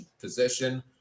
position